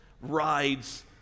rides